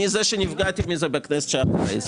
אני זה שנפגעתי מזה בכנסת שאחרי.